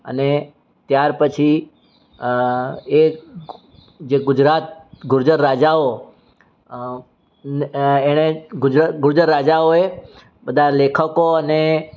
અને ત્યાર પછી એક જે ગુજરાત ગુર્જર રાજાઓ એણે ગુર્જર રાજાઓએ બધા લેખકો અને